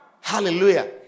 Hallelujah